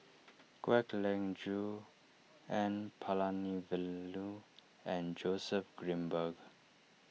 Kwek Leng Joo N Palanivelu and Joseph Grimberg